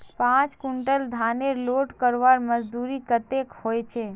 पाँच कुंटल धानेर लोड करवार मजदूरी कतेक होचए?